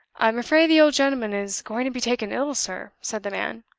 i'm afraid the old gentleman is going to be taken ill, sir, said the man.